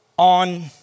on